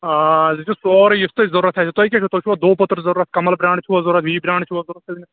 آ یہِ چھُ سورُے یُس تۅہہِ ضروٗرت آسوٕ تۅہہِ کیٛاہ چھُ تۅہہِ چھُوا دو پٔتر ضروٗرت کمل برٛانٛڈ چھِوا ضروٗرت وِی برٛانٛڈ چھُوا ضروٗرت حظ